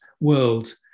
world